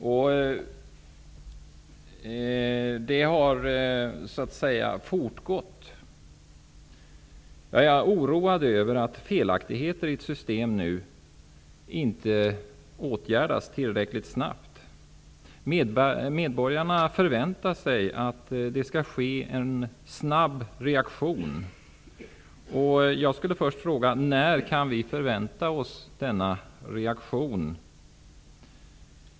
Felaktigheterna har fortgått, och jag är oroad över att de inte har åtgärdats tillräckligt snabbt. Medborgarna förväntar sig en snabb reaktion. Jag vill därför fråga: När kan vi förvänta oss denna reaktion?